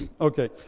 Okay